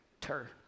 Tur